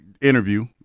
interview